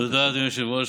תודה, אדוני היושב-ראש.